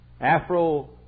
afro